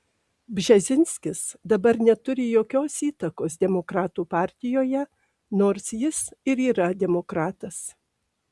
bžezinskis dabar neturi jokios įtakos demokratų partijoje nors jis ir yra demokratas